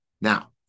Now